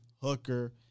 Hooker